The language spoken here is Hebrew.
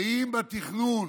ואם בתכנון